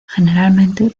generalmente